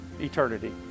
Eternity